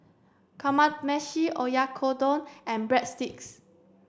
Kamameshi Oyakodon and Breadsticks